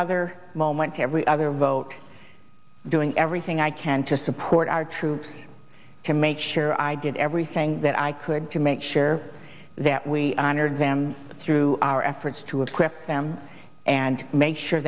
every other vote doing everything i can to support our troops to make sure i did everything that i could to make sure that we honored them through our efforts to equip them and make sure